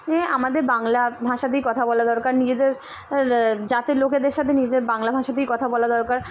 এ আমাদের বাংলা ভাঁষাতেই কথা বলা দরকার নিজেদের জাতের লোকেদের সাথে নিজেদের বাংলা ভাঁষাতেই কথা বলা দরকার